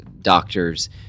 doctors